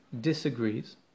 disagrees